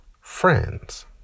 friends